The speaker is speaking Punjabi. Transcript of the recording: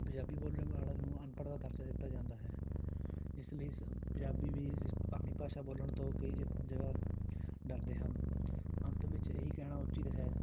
ਪੰਜਾਬੀ ਬੋਲਣ ਵਾਲੇ ਨੂੰ ਅਨਪੜ੍ਹ ਦਾ ਦਰਜਾ ਦਿੱਤਾ ਜਾਂਦਾ ਹੈ ਇਸ ਲਈ ਸ ਪੰਜਾਬੀ ਵੀ ਆਪਣੀ ਭਾਸ਼ਾ ਬੋਲਣ ਤੋਂ ਕਈ ਜ ਜਗ੍ਹਾ ਡਰਦੇ ਹਨ ਅੰਤ ਵਿੱਚ ਇਹੀ ਕਹਿਣਾ ਉੱਚਿਤ ਹੈ